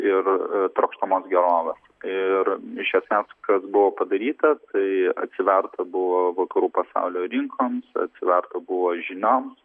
ir trokštamos gerovės ir iš esmės kas buvo padaryta tai atsiverta buvo vakarų pasaulio rinkoms atsiverta buvo žinioms